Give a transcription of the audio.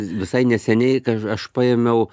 visai neseniai kai a aš paėmiau